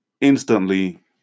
Instantly